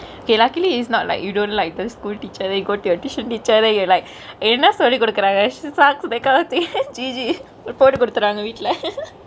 okay luckily is not like you don't like the school teacher then you go to your tuition teacher then you like என்னா சொல்லி கொடுக்குராங்க:enna solli kodukurangkge she sucks that kind of thingk G_G போய் போட்டு கொடுத்துருவாங்க வீட்ல:poi pottu koduthuruvangke veetule